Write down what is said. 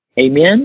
Amen